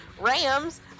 rams